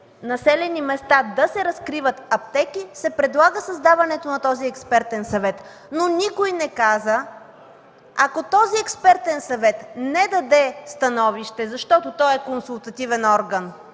населени места да се разкриват аптеки, се предлага създаването на този експертен съвет, но никой не каза, ако този експертен съвет не даде становище, защото той е консултативен орган,